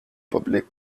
public